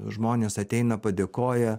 žmonės ateina padėkoja